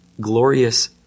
glorious